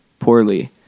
poorly